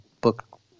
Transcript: book